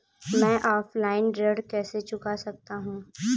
मैं ऑफलाइन ऋण कैसे चुका सकता हूँ?